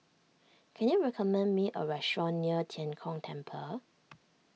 can you recommend me a restaurant near Tian Kong Temple